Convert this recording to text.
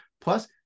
plus